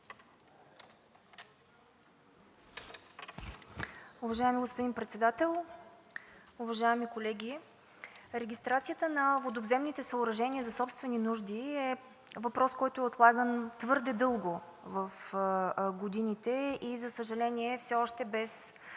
Уважаеми господин Председател, уважаеми колеги! Регистрацията на водовземните съоръжения за собствени нужди е въпрос, който е отлаган твърде дълго в годините и за съжаление, все още без окончателен